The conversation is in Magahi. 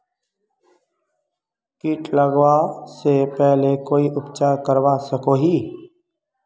किट लगवा से पहले कोई उपचार करवा सकोहो ही?